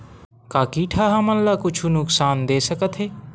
का कीट ह हमन ला कुछु नुकसान दे सकत हे?